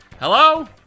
Hello